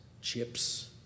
chips